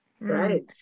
Right